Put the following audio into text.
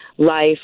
life